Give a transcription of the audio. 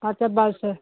ਅੱਛਾ ਬਸ